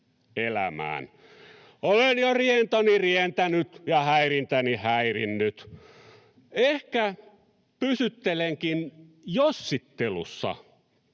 ryhmässä] Olen jo rientoni rientänyt ja häirintäni häirinnyt. Ehkä pysyttelenkin jossittelussa